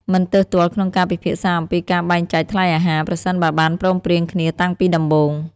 មិនទើសទាល់ក្នុងការពិភាក្សាអំពីការបែងចែកថ្លៃអាហារ ប្រសិនបើបានព្រមព្រៀងគ្នាតាំងពីដំបូង។